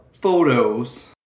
photos